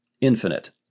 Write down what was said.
infinite